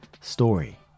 story